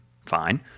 fine